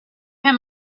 him